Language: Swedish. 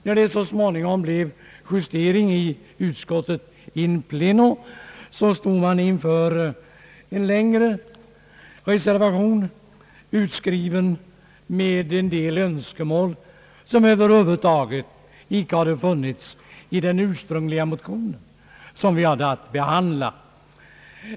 När det så småningom blev justering i utskottet in pleno, stod vi inför en längre reservation, innefattande en del önskemål som över huvud taget icke hade funnits i den ursprungliga mo tionen.